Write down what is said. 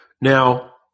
Now